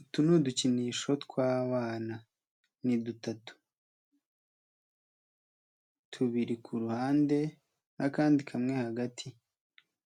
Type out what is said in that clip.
Utu ni udukinisho tw'abana, ni dutatu, tubiri ku hande n'akandi kamwe hagati,